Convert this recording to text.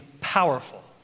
powerful